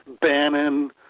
Bannon